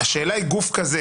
השאלה היא האם גוף כזה